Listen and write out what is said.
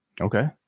Okay